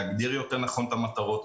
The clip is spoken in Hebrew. להגדיר יותר נכון את המטרות,